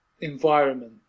environment